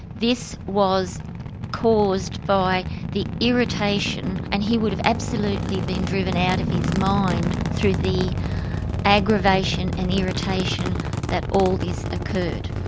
this was caused by the irritation, and he would have absolutely been driven out of his mind through the aggravation and irritation that all this occurred.